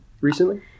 recently